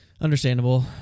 understandable